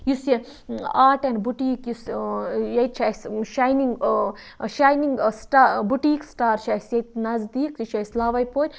یُس یہِ art and boutique یُس ییٚتہِ چھِ اَسہِ shining shining star boutique star چھِ اَسہِ ییٚتہِ نزدیٖک سُہ چھِ اَسہِ لاوَے پورِ